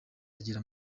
agira